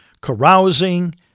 carousing